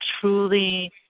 truly